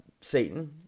Satan